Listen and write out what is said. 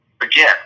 again